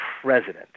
president